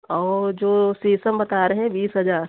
और जो शीशम बता रहे हैं बीस हजार